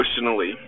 emotionally